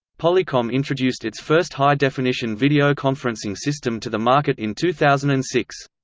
polycom introduced its first high definition video conferencing system to the market in two thousand and six.